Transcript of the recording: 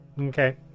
Okay